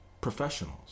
professionals